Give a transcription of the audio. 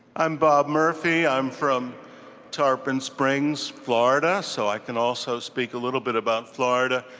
i'm bob murphy. i'm from tarpon springs, florida, so i can also speak a little bit about florida.